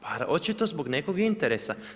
Pa očito zbog nekog interesa.